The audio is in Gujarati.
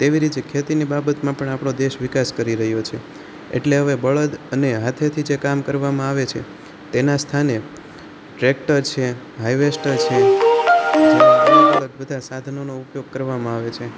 તેવી રીતે ખેતીની બાબતમાં પણ આપણો દેશ વિકાસ કરી રહ્યો છે એટલે હવે બળદ અને હાથેથી જે કામ કરવામાં આવે છે તેના સ્થાને ટ્રેક્ટર છે હાયવેસ્ટર છે અલગ અલગ બધા સાધનોનો ઉપયોગ કરવામાં આવે છે